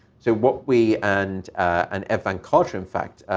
so what we, and and evan carter, in fact,